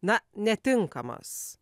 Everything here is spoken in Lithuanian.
na netinkamas